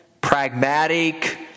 pragmatic